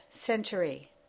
century